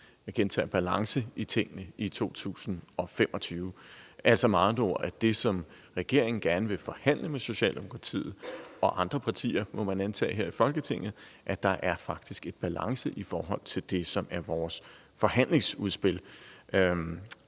jeg gentager: balance – i tingene i 2025. Altså med andre ord: Det, som regeringen gerne vil forhandle med Socialdemokratiet og – må man antage – andre partier her i Folketinget om, er, at der faktisk er balance i forhold til det, som er vores forhandlingsudspil.